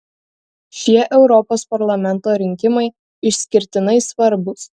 šie europos parlamento rinkimai išskirtinai svarbūs